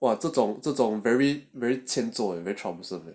!wah! 这种这种 very very 欠揍 and very troublesome meh